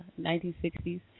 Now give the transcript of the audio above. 1960s